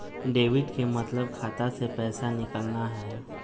debit के मतलब खाता से पैसा निकलना हय